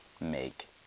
make